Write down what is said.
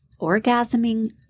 orgasming